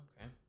Okay